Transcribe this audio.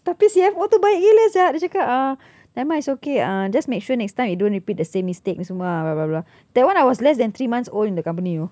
tapi C_F_O tu baik gila sia dia cakap uh nevermind it's okay uh just make sure next time you don't repeat the same mistake ni semua ah blah blah blah that one I was less than three months old in the company you know like I see how much was the ticket